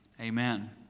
amen